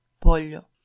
pollo